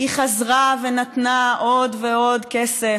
היא חזרה ונתנה עוד ועוד כסף,